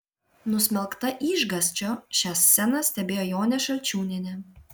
nusmelkta išgąsčio šią sceną stebėjo jonė šalčiūnienė